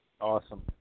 Awesome